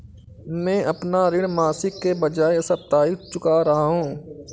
मैं अपना ऋण मासिक के बजाय साप्ताहिक चुका रहा हूँ